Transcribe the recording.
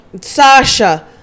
Sasha